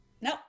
No